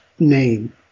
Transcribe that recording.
name